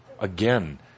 again